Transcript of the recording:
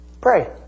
Pray